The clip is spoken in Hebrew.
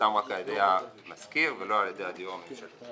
נחתם רק על-ידי המשכיר ולא על-ידי הדיור הממשלתי.